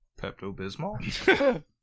Pepto-Bismol